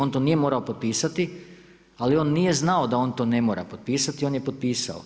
On to nije morao potpisati, ali on nije znao da on to ne mora potpisati i on je potpisao.